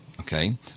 Okay